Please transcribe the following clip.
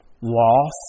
Loss